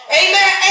amen